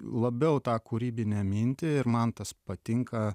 labiau tą kūrybinę mintį ir man tas patinka